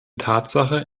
tatsache